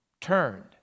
turned